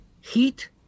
Heat